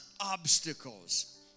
obstacles